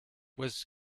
was